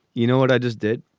you know what i just did?